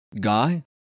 guy